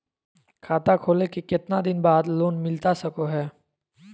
खाता खोले के कितना दिन बाद लोन मिलता सको है?